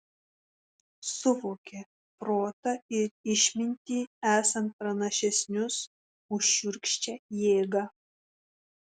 suvokė protą ir išmintį esant pranašesnius už šiurkščią jėgą